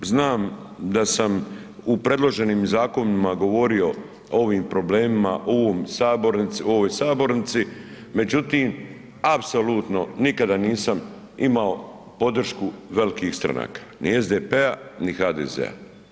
Znam da sam u predloženim zakonima govorio o ovim problemima u ovoj sabornici, međutim, apsolutno nikada nisam imao podršku velikih stranaka, ni SDP-a ni HDZ-a.